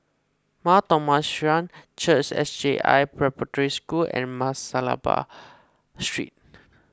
Mar Thoma Syrian Church S J I Preparatory School and Masalabar Street